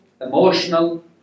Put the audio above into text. emotional